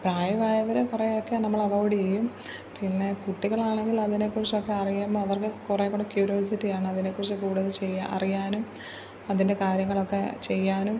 പ്രായമായവരെ കുറേ ഒക്കെ നമ്മൾ അവോയിഡ് ചെയ്യും പിന്നെ കുട്ടികൾ ആണെങ്കിൽ അതിനെ കുറിച്ചൊക്കെ അറിയുമ്പോൾ അവർക്ക് കുറേകൂടെ ക്യൂരിയോസിറ്റി ആണ് അതിനെ കുറിച്ച് കൂടുതൽ ചെയ്യാൻ അറിയാനും അതിൻ്റെ കാര്യങ്ങളൊക്കെ ചെയ്യാനും